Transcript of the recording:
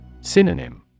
Synonym